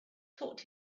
taught